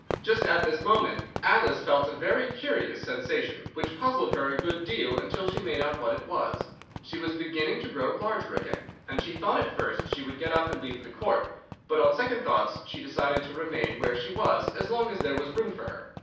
just at this moment alice felt a very curious sensation, which puzzled her a good deal until she made out what it was she was beginning to grow larger again, and she thought at first she would get up and leave the court but on second thoughts she decided to remain where she was as long as there was room for her.